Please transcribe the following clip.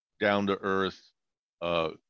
down-to-earth